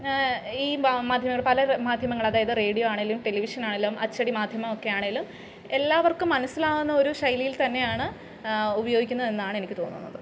ഈ മാധ്യമങ്ങളും പല മാധ്യമങ്ങളും അതായത് റേഡിയോ ആണെങ്കിലും ടെലിവിഷൻ ആണെങ്കിലും അച്ചടി മാധ്യമം ഒക്കെയാണെങ്കിലും എല്ലാവർക്കും മനസ്സിലാവുന്ന ഒരു ശൈലിയിൽ തന്നെയാണ് ഉപയോഗിക്കുന്നത് എന്നാണ് എനിക്ക് തോന്നുന്നത്